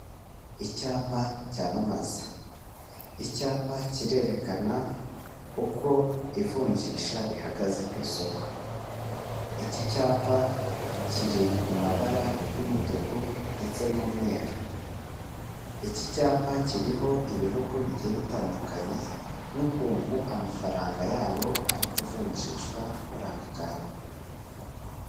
Icyapa cyamamaza, icyapa kirerekana uko ivunjisha rihagaze ku isoko, iki cyapa kiri mu mabara y'umutuku ndetse n'umweru, iki cyapa kiriho ibihugu bigiye bitandukanye n'ukuntu amafaranga yabo ari kuvunjishwa muri aka kanya.